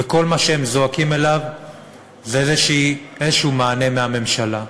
וכל מה שהם זועקים אליו זה איזשהו מענה מהממשלה,